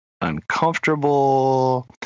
uncomfortable